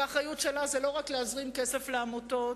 והאחריות שלה זה לא רק להזרים כסף לעמותות,